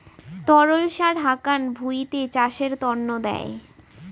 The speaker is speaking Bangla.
তরল সার হাকান ভুঁইতে চাষের তন্ন দেয়